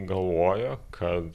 galvojo kad